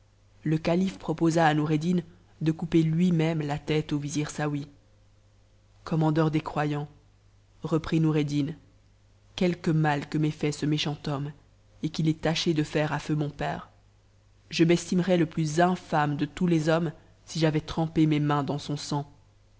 le calife proposa à noureddih df couper lui-même la tête au vizir saouy commandeur des croyante reprit noureddin quelque mal que m'ait fait ce méchant homme et qu ji la coutume barbare do confier aux mains de faire à feu mon père je m'estimerais le plus infâme de tous htes si j'avais trempé mes mains dans son sang